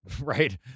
right